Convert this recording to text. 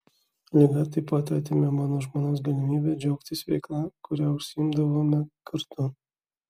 liga taip pat atėmė mano žmonos galimybę džiaugtis veikla kuria užsiimdavome kartu